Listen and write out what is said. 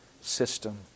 system